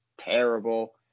Terrible